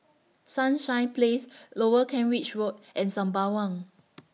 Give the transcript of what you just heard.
Sunshine Place Lower Kent Ridge Road and Sembawang